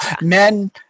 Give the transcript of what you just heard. men